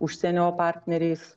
užsienio partneriais